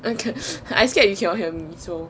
okay I scared you cannot hear me so